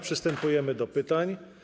Przystępujemy do pytań.